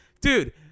dude